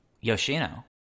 Yoshino